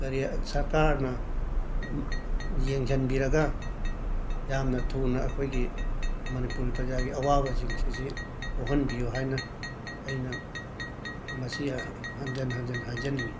ꯀꯔꯤ ꯁꯔꯀꯥꯔꯅ ꯌꯦꯡꯁꯤꯟꯕꯤꯔꯒ ꯌꯥꯝꯅ ꯊꯨꯅ ꯑꯩꯈꯣꯏꯒꯤ ꯃꯅꯤꯄꯨꯔꯒꯤ ꯄ꯭ꯔꯖꯥꯒꯤ ꯑꯋꯥꯕꯁꯤꯡꯁꯤ ꯀꯣꯛꯍꯟꯕꯤꯌꯨ ꯍꯥꯏꯅ ꯑꯩꯅ ꯃꯁꯤ ꯍ ꯍꯟꯖꯤꯟ ꯍꯟꯖꯤꯟ ꯍꯥꯏꯖꯅꯤꯡꯏ